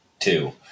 Two